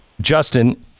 Justin